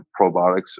probiotics